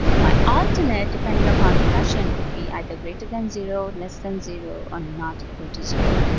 my alternate, depending upon the question, could be either greater than zero, less than zero, or not equal to zero.